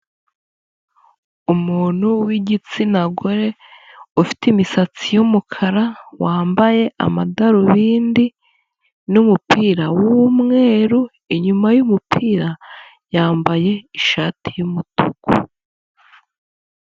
Umuntu w'igitsina gore ufite imisatsi y'umukara, wambaye amadarubindi n'umupira w'umweru, inyuma y'umupira yambaye ishati y'umutuku.